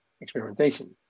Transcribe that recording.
experimentation